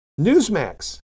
Newsmax